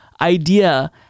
idea